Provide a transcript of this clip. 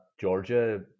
Georgia